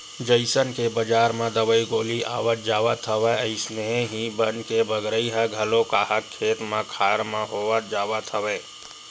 जइसन के बजार म दवई गोली आवत जावत हवय अइसने ही बन के बगरई ह घलो काहक खेत खार म होवत जावत हवय